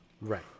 Right